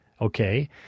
Okay